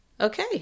Okay